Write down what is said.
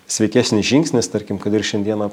sveikesnis žingsnis tarkim kad ir šiandieną